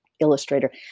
illustrator